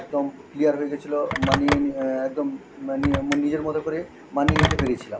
একদম ক্লিয়ার হয়ে গিয়েছিল মানিয়ে নি একদম মানি এমন নিজের মতো করে মানিয়ে নিতে পেরেছিলাম